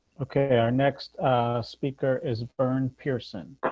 okay. our next speaker is burn pearson